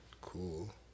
Cool